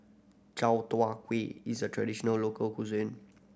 Chai Tow Kuay is a traditional local cuisine